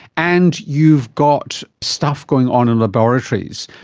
and you've got stuff going on in laboratories.